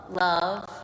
Love